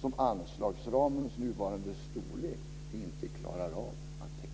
som anslagsramens nuvarande storlek inte räcker till för att täcka.